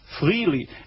freely